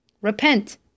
Repent